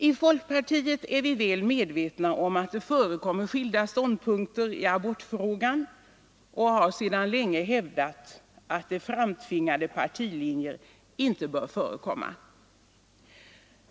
I folkpartiet är vi väl medvetna om att det existerar skilda ståndpunkter i abortfrågan och har sedan länge hävdat att framtvingade partilinjer inte bör förekomma.